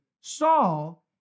Saul